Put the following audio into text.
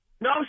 No